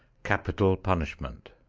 capital punishment